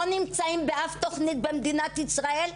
לא נמצאים באף תוכנית במדינת ישראל?